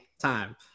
time